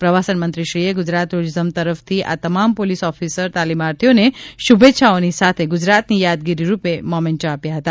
પ્રવાસન મંત્રીશ્રીએ ગુજરાત ટુરીઝમ તરફથી આ તમામ પોલીસ ઓફિસર તાલીમાર્થીઓને શુભેચ્છાઓની સાથે ગુજરાતની યાદગીરી રૂપે મોમેન્ટો આપ્યા હતા